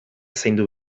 zaindu